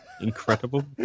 incredible